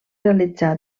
realitzar